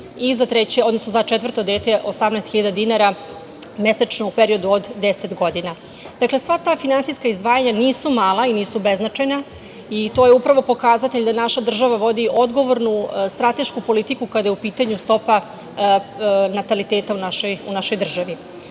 i za četvrto dete 18.000 dinara mesečno u periodu od 10 godina. Sva ta finansijska izdvajanja nisu mala i nisu beznačajna i to je upravo pokazatelj da naša država vodi odgovornu, stratešku politiku kada je u pitanju stopa nataliteta u našoj državi.